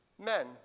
men